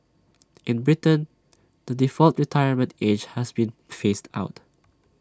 in Britain the default retirement age has been phased out